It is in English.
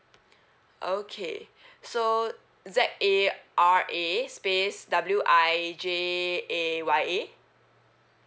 okay so Z A R A space W I J A Y A